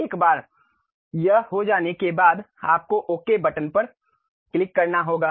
एक बार यह हो जाने के बाद आपको ओके बटन पर क्लिक करना होगा